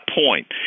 point